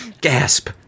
Gasp